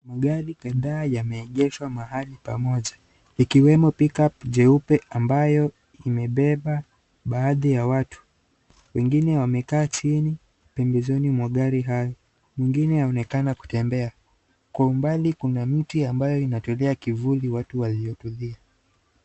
Magari kadhaa yameegeshwa mahali pamoja ikiwemo pick-up jeupe ambayo imebeba. Baadhi ya watu wengine wamekaa chini pembezoni mwa gari hayo. Mwingine aonekana kutembea. Kwa umbali kuna mti ambayo inatolea kivuli watu waliotulia.